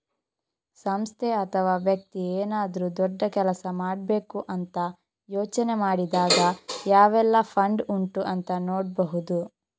ಸಂಸ್ಥೆ ಅಥವಾ ವ್ಯಕ್ತಿ ಏನಾದ್ರೂ ದೊಡ್ಡ ಕೆಲಸ ಮಾಡ್ಬೇಕು ಅಂತ ಯೋಚನೆ ಮಾಡಿದಾಗ ಯಾವೆಲ್ಲ ಫಂಡ್ ಉಂಟು ಅಂತ ನೋಡ್ಬಹುದು